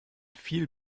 viel